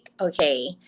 okay